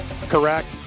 Correct